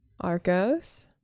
Arcos